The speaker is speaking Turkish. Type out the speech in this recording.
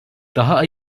daha